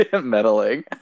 meddling